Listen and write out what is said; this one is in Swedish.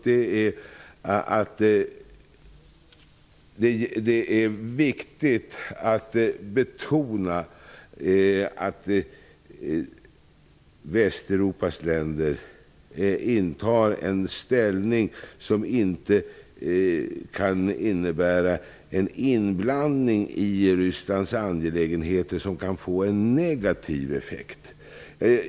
Det är viktigt att man betonar att Västeuropas länder intar en ställning som inte innebär en inblandning i Rysslands angelägenheter som kan få negativa effekter.